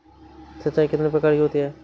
सिंचाई कितनी प्रकार की होती हैं?